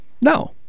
No